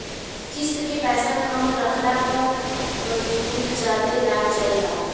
किश्त के पैसा कम रखला पर सूद जादे लाग जायी का?